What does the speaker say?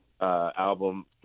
album